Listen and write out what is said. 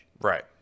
Right